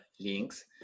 links